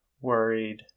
worried